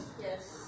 Yes